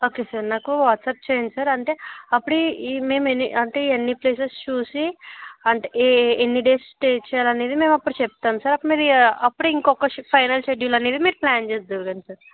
okay sir నాకు WhatsApp చేయండి sir అంటే అప్పుడే మేము ఎన్ని అంటే ఎన్నిప్లేసెస్ చూసి అంటే ఎన్ని డేస్ స్టే చేయాలి అనేది మేము అప్పుడు చెప్తాం సార్ అప్పుడు మీరు అప్పుడే ఇంకొక ఫైనల్ షెడ్యూల్ అనేది మీరు ప్లాన్ చేద్దురు కాని సార్